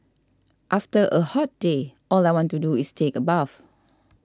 after a hot day all I want to do is take a bath